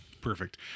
Perfect